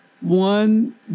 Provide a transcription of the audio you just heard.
One